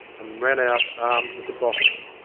and ran out armed with a bottle.